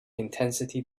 intensity